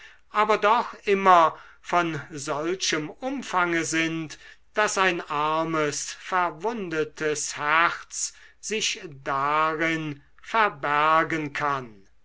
aber doch immer von solchem umfange sind daß ein armes verwundetes herz sich darin verbergen kann